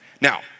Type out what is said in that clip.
Now